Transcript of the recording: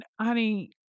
honey